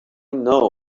know